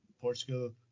Portugal